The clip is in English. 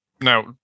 now